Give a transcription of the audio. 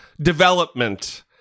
development